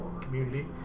community